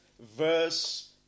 verse